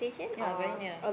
ya very near